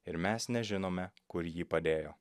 ir mes nežinome kur jį padėjo